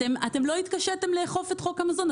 אתם לא התקשיתם לאכוף את חוק המזון?